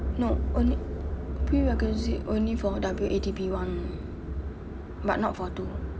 no only prerequisite only for W_A_D_P one but not for two